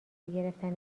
گرفتن